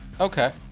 okay